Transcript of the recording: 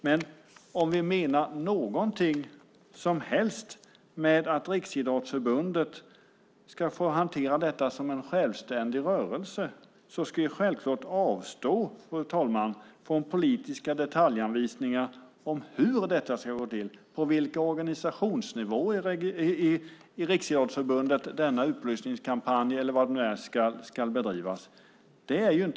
Men om vi menar någonting som helst med att Riksidrottsförbundet ska få hantera detta som en självständig rörelse ska vi självklart avstå, fru talman, från politiska detaljanvisningar om hur detta ska gå till och på vilken organisationsnivå i Riksidrottsförbundet denna upplysningskampanj eller vad det är ska bedrivas.